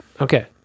okay